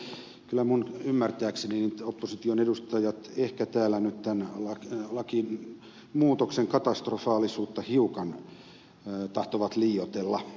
kyllä minun ymmärtääkseni opposition edustajat ehkä täällä nyt tämän lakimuutoksen katastrofaalisuutta hiukan tahtovat liioitella